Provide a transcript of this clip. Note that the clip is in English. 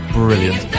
brilliant